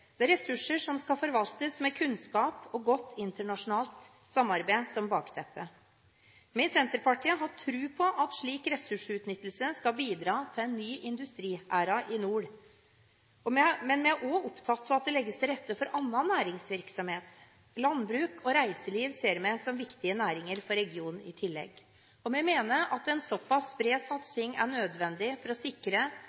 Det er ressurser som skal forvaltes med kunnskap og godt internasjonalt samarbeid som bakteppe. Vi i Senterpartiet har tro på at slik ressursutnyttelse skal bidra til en ny industriæra i nord, men vi er også opptatt av at det legges til rette for annen næringsvirksomhet. Landbruk og reiseliv ser vi som viktige næringer for regionen i tillegg. Vi mener at en såpass bred